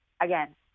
again